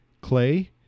Clay